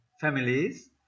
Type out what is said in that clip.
families